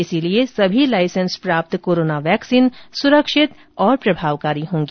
इसलिए सभी लाइसेंस प्राप्त कोरोना वैक्सीन सुरक्षित और प्रभावकारी होंगी